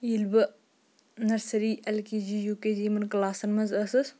ییٚلہِ بہٕ nursery L K G U K G یِمَن کٕلاسَن منٛز ٲسٕس